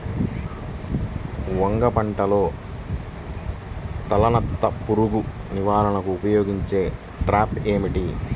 వంగ పంటలో తలనత్త పురుగు నివారణకు ఉపయోగించే ట్రాప్ ఏది?